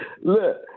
Look